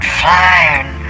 flying